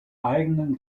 eigenen